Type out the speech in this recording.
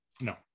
No